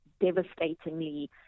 devastatingly